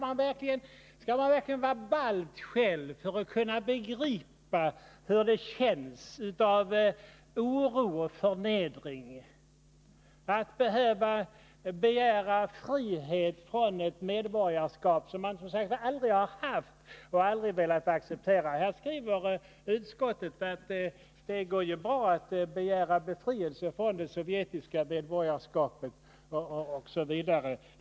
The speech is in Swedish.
Måste man verkligen vara balt själv för att kunna begripa hur det känns, med oro och förnedring, att behöva begära frihet från ett medborgarskap som man aldrig haft och aldrig velat acceptera? Utskottet skriver att det går bra att begära befrielse från det sovjetiska medborgarskapet osv.